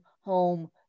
home